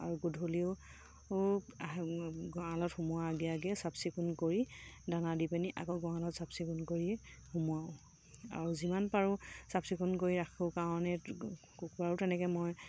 আৰু গধূলিও আহি গঁৰালত সোমোৱা আগে আগে চাফ চিকুণ কৰি দানা দি পিনি আকৌ গঁৰালত চাফ চিকুণ কৰিয়ে সোমাওঁ আৰু যিমান পাৰোঁ চাফ চিকুণ কৰি ৰাখোঁ কাৰণেই কুকুৰাও তেনেকৈ মই বহুত